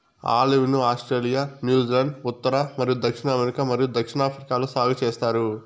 olive ను Australia, New Zealand, ఉత్తర మరియు దక్షిణ అమెరికా మరియు దక్షిణాఫ్రికాలో సాగు చేస్తారు